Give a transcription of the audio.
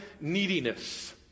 neediness